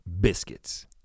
biscuits